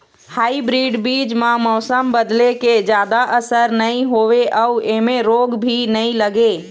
hybrid बीज म मौसम बदले के जादा असर नई होवे अऊ ऐमें रोग भी नई लगे